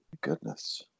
Goodness